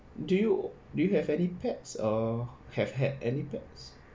do you do you have any pets or have had any pets